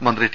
മന്ത്രി ടി